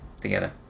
together